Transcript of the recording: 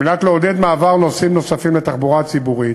על מנת לעודד מעבר נוסעים נוספים לתחבורה הציבורית,